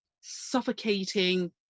suffocating